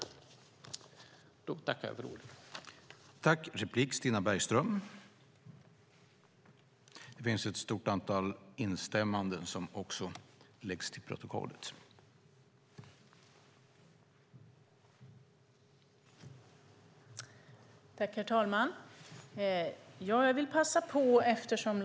I detta anförande instämde Christer Akej, Lotta Finstorp, Gunnar Hedberg, Jonas Jacobsson Gjörtler, Edward Riedl, Jessica Rosencrantz, Eliza Roszkowska Öberg och Jan-Evert Rådhström samt Anders Åkesson och Annelie Enochson .